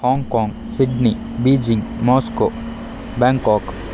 Hong Kong Sydney Beijing Moscow Bangkok